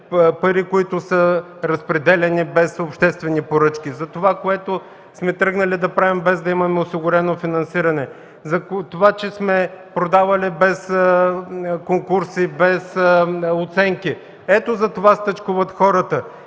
пари, които са разпределяни без обществени поръчки, за това, което сме тръгнали да правим без да имаме осигурено финансиране. Това, че сме продавали без конкурси, без оценки. Ето, затова стачкуват хората.